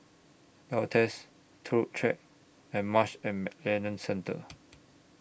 Altez Turut Track and Marsh and McLennan Centre